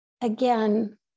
again